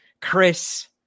Chris